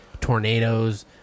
tornadoes